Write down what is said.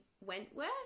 wentworth